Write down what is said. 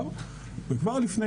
אני באופן אישי מעורב.